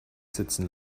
sitzen